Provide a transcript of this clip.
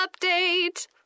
update